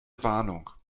warnung